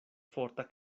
forta